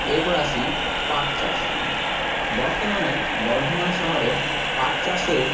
এরপর আসি পাট চাষ বর্তমানে বর্ধমান শহরে পাট চাষের